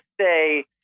say